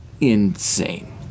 insane